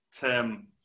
term